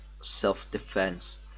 self-defense